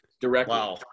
directly